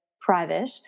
private